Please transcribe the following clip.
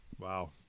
Wow